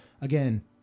again